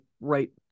right